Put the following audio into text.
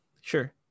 sure